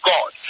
God